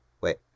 Wait